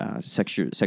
sexual